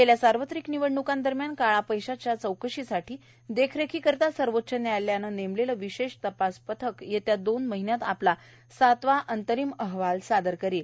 गेल्या सार्वत्रिक निवडण्कांदरम्यान काळ्या पैशाच्या चौकशीसाठी देखरेखीसाठी सर्वोच्च न्यायालयाने नेमलेलं विशेष तपास पथक एसआय ी येत्या दोन महिन्यांत आपला सातवा अंतरिम अहवाल सादर करेल